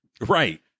Right